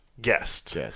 guest